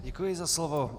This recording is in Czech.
Děkuji za slovo.